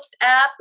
app